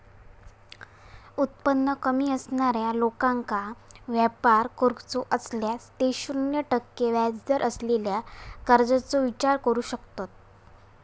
उत्पन्न कमी असणाऱ्या लोकांका व्यापार करूचो असल्यास ते शून्य टक्के व्याजदर असलेल्या कर्जाचो विचार करू शकतत